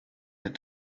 that